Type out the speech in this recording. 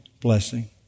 blessing